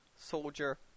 Soldier